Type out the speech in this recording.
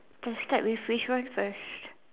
can start with which one first